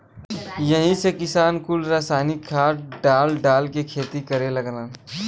यही से किसान कुल रासायनिक खाद डाल डाल के खेती करे लगलन